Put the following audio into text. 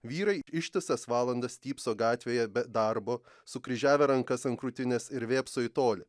vyrai ištisas valandas stypso gatvėje be darbo sukryžiavę rankas ant krūtinės ir vėpso į tolį